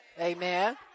Amen